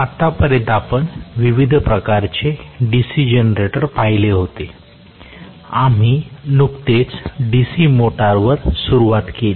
आतापर्यंत आपण विविध प्रकारचे DC जनरेटर पाहिले होते आम्ही नुकतीच DC मोटर्सवर सुरुवात केली